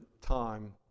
time